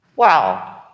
Wow